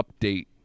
update